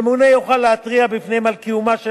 הממונה יוכל להתריע בפניהם על קיומה של